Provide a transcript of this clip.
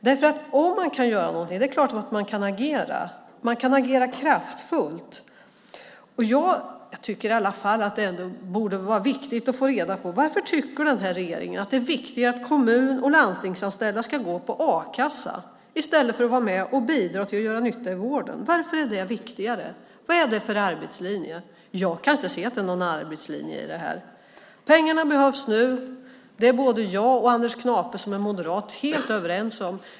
Det är klart att man kan agera kraftfullt. Jag tycker i alla fall att det borde vara viktigt att få reda på varför denna regering tycker att det är viktigare att kommun och landstingsanställda ska gå på a-kassa i stället för att vara med och bidra till att göra nytta i vården. Varför är det viktigare? Vad är det för arbetslinje? Jag kan inte se någon arbetslinje i det. Pengarna behövs nu. Det är både jag och Anders Knape, moderat, helt överens om.